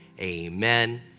amen